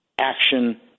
action